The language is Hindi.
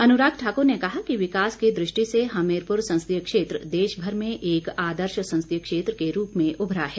अनुराग ठाकुर ने कहा कि विकास की दृष्टि से हमीरपुर संसदीय क्षेत्र देशभर में एक आदर्श संसदीय क्षेत्र के रूप में उभरा है